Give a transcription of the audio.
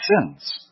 sins